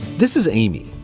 this is amy.